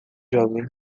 jovem